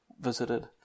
visited